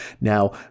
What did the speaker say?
Now